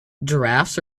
giraffes